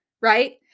right